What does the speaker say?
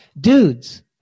dudes